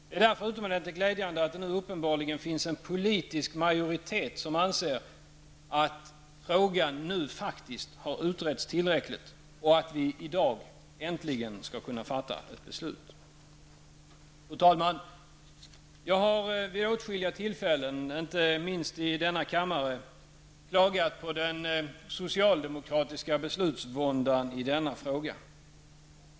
Det är därför utomordentligt glädjande att det nu uppenbarligen finns en politisk majoritet som anser att frågan nu faktiskt har utretts tillräckligt och att vi i dag äntligen skall kunna fatta beslut. Fru talman! Jag har vid åtskilliga tillfällen, inte minst i denna kammare, klagat på den socialdemokratiska beslutsvåndan i denna fråga.